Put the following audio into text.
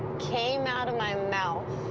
came out of my mouth,